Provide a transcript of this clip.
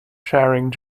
sharing